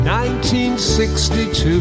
1962